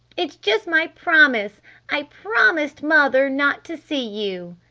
it's just my promise i promised mother not to see you!